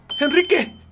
Enrique